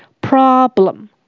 Problem